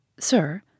Sir